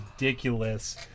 ridiculous